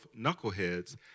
knuckleheads